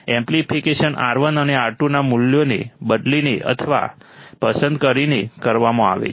amplification R1 અને R2 ના મૂલ્યોને બદલીને અથવા પસંદ કરીને કરવામાં આવે છે